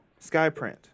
Skyprint